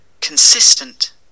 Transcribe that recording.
consistent